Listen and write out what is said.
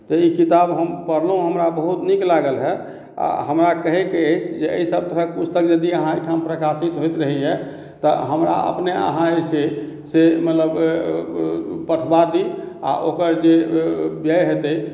तऽ ई किताब हम पढ़लहुॅं हमरा बहुत नीक लागल हॅं आ हमरा कहैक के अछि जे एहि सब तरहक पुस्तक यदि अहाँ एहिठाम प्रकाशित होइत रहैया तऽ हमरा अपने अहाँ जे छै से मतलब पठबा दी आ ओकर जे व्यय हेतै